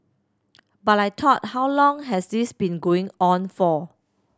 but I thought how long has this been going on for